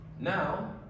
now